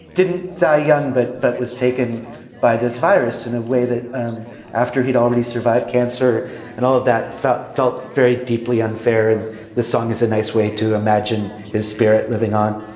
didn't die young but but was taken by this virus in a way that um after he'd already survived cancer and all of that felt felt very deeply unfair in the song is a nice way to imagine his spirit living on